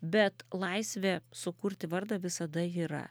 bet laisvė sukurti vardą visada yra